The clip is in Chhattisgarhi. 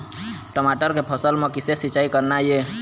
टमाटर के फसल म किसे सिचाई करना ये?